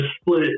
split